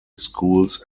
schools